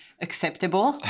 acceptable